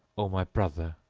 o my brother,